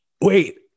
wait